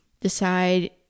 decide